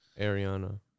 Ariana